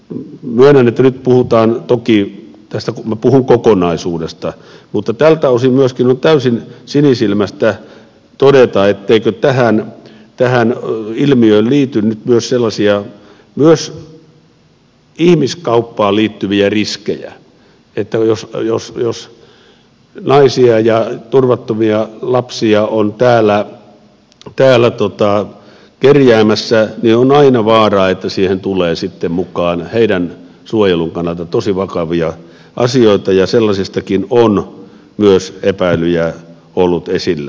myönnän että minä puhun kokonaisuudesta mutta tältä osin myöskin on täysin sinisilmäistä todeta etteikö tähän ilmiöön liity nyt myös sellaisia ihmiskauppaan liittyviä riskejä jos naisia ja turvattomia lapsia on täällä kerjäämässä niin on aina vaara että siihen tulee sitten mukaan heidän suojelunsa kannalta tosi vakavia asioita ja myös sellaisesta on epäilyjä ollut esillä